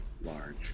Large